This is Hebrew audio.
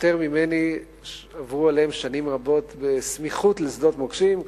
שברו עליהם שנים רבות מאשר עברו עלי בסמיכות לשדות מוקשים,